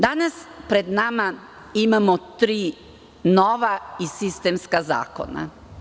Danas pred sobom imamo tri nova i sistemska zakona.